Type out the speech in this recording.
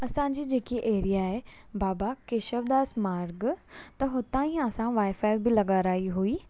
असांजी जेकी एरिया आहे बाबा केशवदास मार्ग त हुतां जी असां वाइफाइ बि लॻाराई हुई